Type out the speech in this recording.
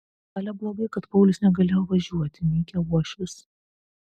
ale blogai kad paulius negalėjo važiuoti mykė uošvis